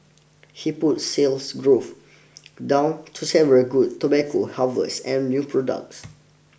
he put sales growth down to several good tobacco harvests and new products